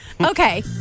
Okay